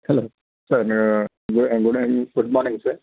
hello sir good morning sir